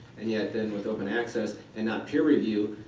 and yet then with open access and not peer review,